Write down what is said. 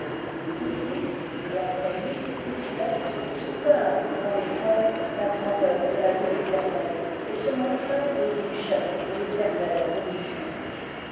vi et après lui pie vii soutinrent dans les fers la grandeur de la ville éternelle et se montrèrent les dignes chefs de l'éternelle